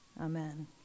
Amen